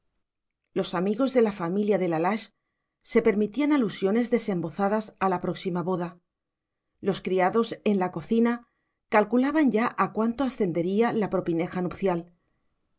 los amigos de la familia de la lage se permitían alusiones desembozadas a la próxima boda los criados en la cocina calculaban ya a cuánto ascendería la propineja nupcial